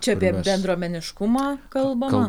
čia apie bendruomeniškumą kalbama